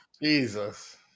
Jesus